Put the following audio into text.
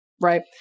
right